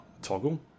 toggle